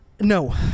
No